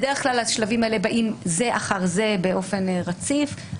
בדרך כלל השלבים האלה באים זה אחר זה באופן רציף.